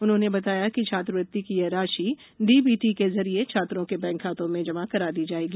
उन्होंने बताया कि छात्रवृत्ति की यह राशि डीबीटी के जरिए छात्रों के बैंक खातों में जमा करा दी जाएगी